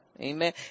Amen